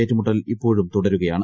ഏറ്റുമുട്ടൽ ഇപ്പോഴും തുടരുകയാണ്